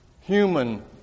human